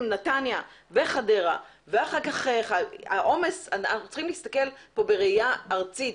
אנחנו צריכים להסתכל בראייה ארצית,